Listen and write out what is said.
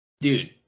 dude